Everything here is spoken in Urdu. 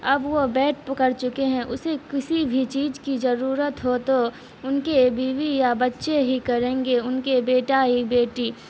اب وہ بیڈ کر چکے ہیں اسے کسی بھی چیز کی ضرورت ہو تو ان کے بیوی یا بچے ہی کریں گے ان کے بیٹا ہی بیٹی